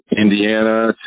Indiana